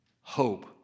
hope